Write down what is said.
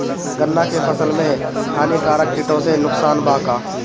गन्ना के फसल मे हानिकारक किटो से नुकसान बा का?